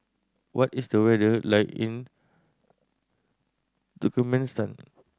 what is the weather like in Turkmenistan